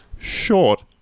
short